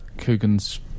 coogan's